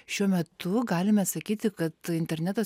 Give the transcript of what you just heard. šiuo metu galime sakyti kad interneto